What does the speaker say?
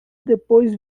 depois